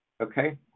Okay